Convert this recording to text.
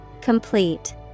complete